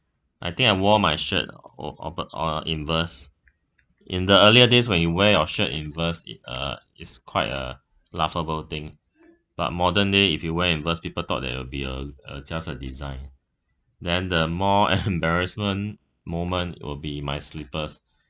I think I wore my shirt uh uh but uh inverse in the earlier days when you wear your shirt inverse it uh it's quite a laughable thing but modern day if you wear inverse people thought that it'll be a uh just a design than the more embarrassment moment will be my slippers